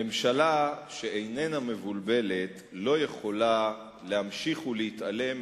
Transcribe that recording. ממשלה שאיננה מבולבלת לא יכולה להמשיך להתעלם